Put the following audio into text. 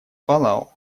палау